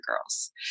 girls